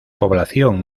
población